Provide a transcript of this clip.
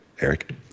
Eric